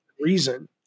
reason